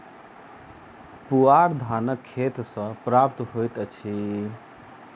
पुआर धानक खेत सॅ प्राप्त होइत अछि